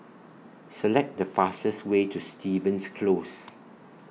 Select The fastest Way to Stevens Close